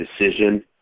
decision